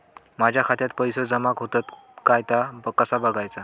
माझ्या खात्यात पैसो जमा होतत काय ता कसा बगायचा?